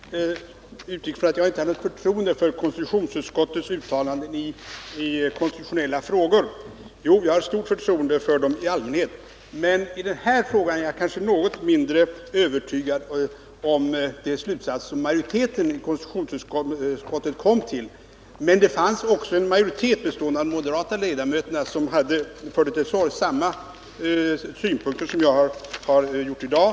Herr talman! Torsten Gustafsson utgick från att jag inte hade förtroende för konstitutionsutskottets uttalanden i konstitutionella frågor. Jo, jag har stort förtroende för konstitutionsutskottet i allmänhet. Men just i den här frågan är jag kanske något mindre övertygad om att de slutsatser som majoriteten i konstitutionsutskottet kommit fram till är de rätta. Men det fanns en majoritet bestående av moderata ledamöter som förde till torgs samma synpunkter som jag har framfört i dag.